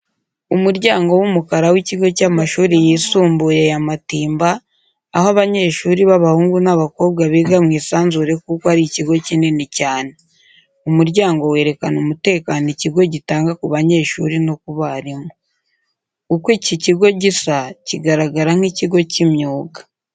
Umuryango w'umukara w'ikigo cy'amashuri yisumbuye ya Matimba aho abanyeshuri b'abahungu n'abakobwa biga mu isanzure kuko ari ikigo kinini cyane. Umuryango werekana umutekano ikigo gitanga ku banyeshuri no ku barimu. Uko iki kigo gisa kigaragara nk'ikigo cy'imyuga.